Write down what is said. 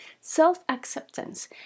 self-acceptance